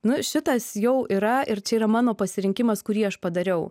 nu šitas jau yra ir čia yra mano pasirinkimas kurį aš padariau